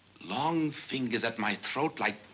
long fingers at my throat like.